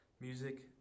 Music